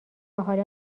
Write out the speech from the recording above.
حالا